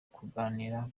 kuganira